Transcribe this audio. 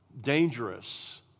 dangerous